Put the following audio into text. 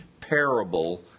parable